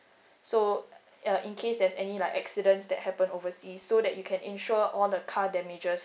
so uh in case there's any like accidents that happen oversea so that you can insure all the car damages